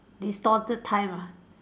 distorted time ah